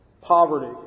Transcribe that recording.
poverty